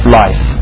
life